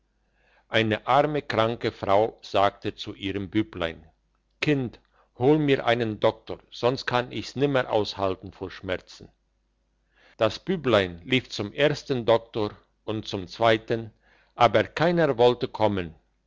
eine arme kranke frau sagte zu ihrem büblein kind hol mir einen doktor sonst kann ich's nimmer aushalten vor schmerzen das büblein lief zum ersten doktor und zum zweiten aber keiner wollte kommen